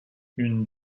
une